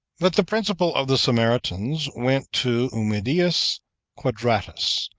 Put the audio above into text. but the principal of the samaritans went to ummidius quadratus,